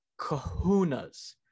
kahunas